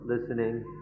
listening